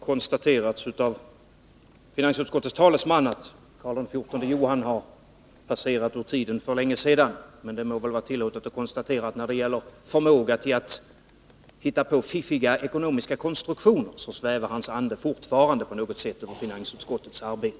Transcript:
Herr talman! Det har konstaterats av finansutskottets talesman att Karl XIV Johan har gått ur tiden för länge sedan, men det må vara tillåtet att konstatera att när det gäller förmågan att hitta på fiffiga ekonomiska konstruktioner svävar hans ande fortfarande på något sätt över finansutskottets arbete.